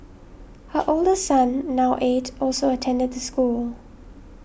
her older son now eight also attended the school